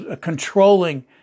controlling